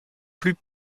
plus